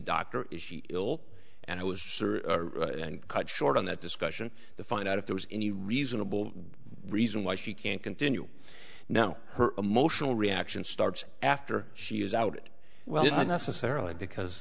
doctor is she ill and it was cut short on that discussion to find out if there was any reasonable reason why she can't continue now her emotional reaction starts after she is out well it's not necessarily because